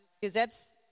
Gesetz